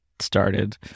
started